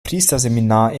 priesterseminar